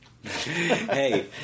Hey